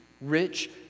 rich